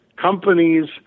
companies